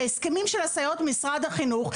בהסכמים של הסייעות במשרד החינוך,